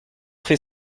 fait